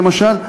למשל,